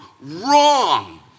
wrong